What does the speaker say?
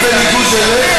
אני, בניגוד אליך